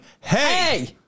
hey